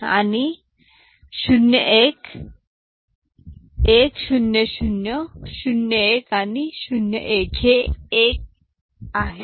आणि 0 1 1 0 0 0 1 आणि 0 1 आणि हे 1 आहे